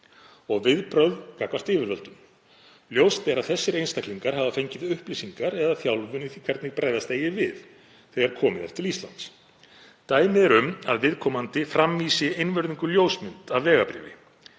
og viðbrögð gagnvart yfirvöldum. Ljóst er að þessir einstaklingar hafa fengið upplýsingar eða þjálfun í því hvernig bregðast eigi við þegar komið er til Íslands. Dæmi eru um að viðkomandi framvísi einvörðungu ljósmynd af vegabréfi